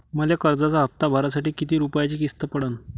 मले कर्जाचा हप्ता भरासाठी किती रूपयाची किस्त पडन?